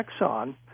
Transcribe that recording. Exxon